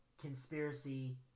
conspiracy